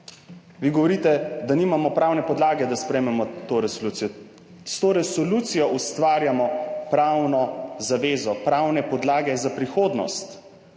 Vi govorite, da nimamo pravne podlage, da sprejmemo to resolucijo. S to resolucijo ustvarjamo pravno zavezo, pravne podlage za prihodnost,